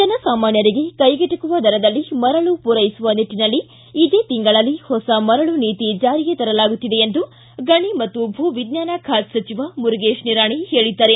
ಜನ ಸಾಮಾನ್ಟರಿಗೆ ಕೈಗೆಟಕುವ ದರದಲ್ಲಿ ಮರಳು ಪೂರೈಸುವ ನಿಟ್ಟಿನಲ್ಲಿ ಇದೇ ತಿಂಗಳಲ್ಲಿ ಹೊಸ ಮರಳು ನೀತಿ ಜಾರಿಗೆ ತರಲಾಗುತ್ತಿದೆ ಎಂದು ಗಣಿ ಮತ್ತು ಭೂವಿಜ್ವಾನ ಖಾತೆ ಸಚಿವ ಮುರುಗೇಶ ನಿರಾಣಿ ಹೇಳಿದ್ದಾರೆ